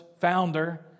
founder